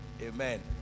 Amen